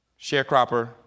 Sharecropper